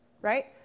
right